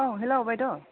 औ हेलौ बायद'